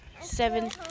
seven